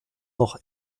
noch